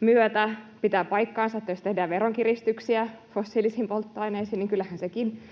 myötä, kuten nyt näemme. Pitää paikkansa, että jos tehdään veronkiristyksiä fossiilisiin polttoaineisiin, niin kyllähän sekin